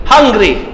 Hungry